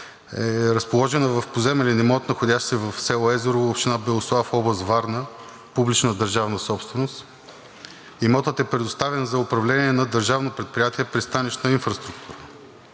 разположена в поземлен имот, находящ се в село Езерово, община Белослав, област Варна – публична държавна собственост. Имотът е предоставен за управление на Държавно предприятие „Пристанищна инфраструктура“.